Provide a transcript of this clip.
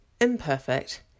imperfect